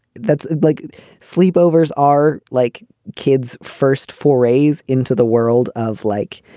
that's like sleepovers are like kids first forays into the world of like